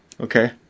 Okay